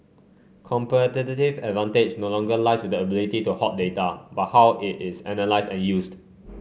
competitive advantage no longer lies with the ability to hoard data but how it is analysed and used